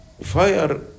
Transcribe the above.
fire